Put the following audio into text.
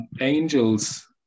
angels